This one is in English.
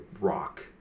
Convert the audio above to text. rock